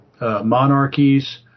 monarchies